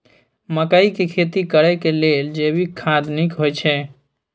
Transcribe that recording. मकई के खेती करेक लेल जैविक खाद नीक होयछै?